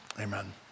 Amen